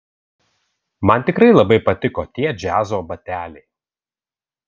man tikrai labai patiko tie džiazo bateliai